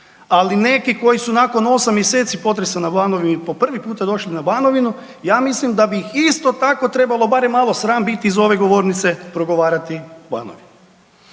ali neki koji su nakon 8 mjeseci potresa na Banovini po prvi puta došli na Banovini ja mislim da bi ih isto tako trebalo barem malo sram biti iza ove govornice progovarati o Banovini.